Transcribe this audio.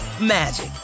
magic